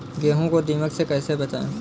गेहूँ को दीमक से कैसे बचाएँ?